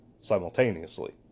simultaneously